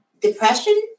depression